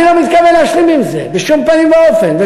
אני לא מתכוון להשלים עם זה בשום פנים ואופן,